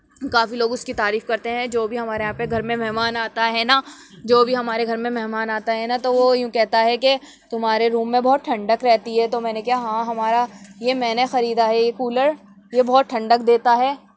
کافی لوگ اس کی تعرف کرتے ہیں جو بھی ہمارے یہاں پہ گھر میں مہمان آتا ہے نا جو بھی ہمارے گھر میں مہمان آتا نا تو وہ یوں کہتا ہے کہ تمہارے روم میں بہت ٹھنڈک رہتی ہے تو میں نے کہا ہاں ہمارا یہ میں نے خریدا ہے یہ کولر یہ بہت ٹھنڈک دیتا ہے